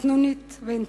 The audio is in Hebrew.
קטנונית ואינטרסנטית?